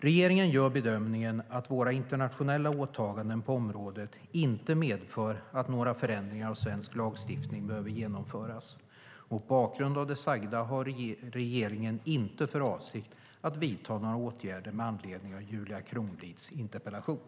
Regeringen gör bedömningen att våra internationella åtaganden på området inte medför att några förändringar av svensk lagstiftning behöver genomföras. Mot bakgrund av det sagda har regeringen inte för avsikt att vidta några åtgärder med anledning av Julia Kronlids interpellation.